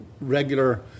regular